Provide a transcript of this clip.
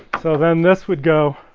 so then this would go